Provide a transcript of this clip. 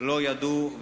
לא ידעו,